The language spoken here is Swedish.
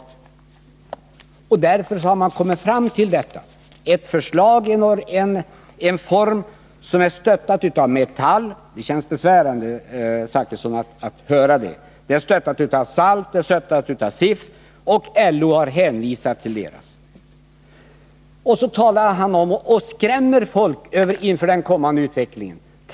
På det sättet har man kommit fram till en form som stöttas av Metall — det känns naturligtvis besvärande för Bertil Zachrisson att höra det — och som stöttas av SALF och SIF, och LO har hänvisat till Metalls yttrande. Bertil Zachrisson skrämmer folk inför den kommande utvecklingen.